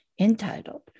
entitled